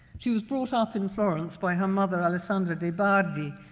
she was brought up in florence by her mother, alessandra de bardi,